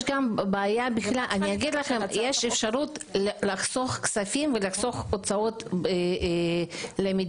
יש אפשרות לחסוך כספים ולחסוך הוצאות למדינה.